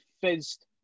fizzed